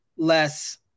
less